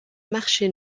marché